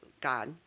God